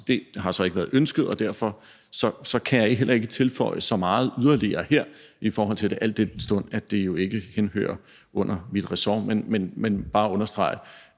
det har så ikke været ønsket, og derfor kan jeg heller ikke tilføje så meget yderligere her, al den stund at det jo ikke henhører under mit ressort. Men jeg vil bare understrege,